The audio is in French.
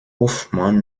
hoffmann